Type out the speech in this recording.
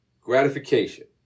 gratification